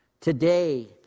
Today